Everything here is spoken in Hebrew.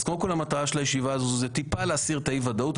אז קודם כול המטרה של הישיבה הזו זה טיפה להסיר את האי-ודאות,